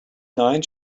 nine